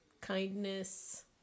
Kindness